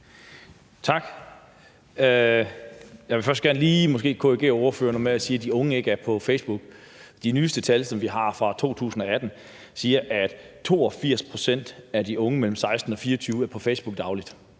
Tak. Jeg vil gerne først lige måske korrigere ordføreren, når han siger, at de unge ikke er på Facebook. De nyeste tal, som vi har fra 2018, siger, at 82 pct. af de unge mellem 16 og 24 år er på Facebook dagligt.